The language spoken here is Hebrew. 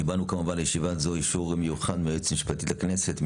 קיבלנו לישיבה הזו אישור מיוחד מהיועצת המשפטית לכנסת,